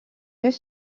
deux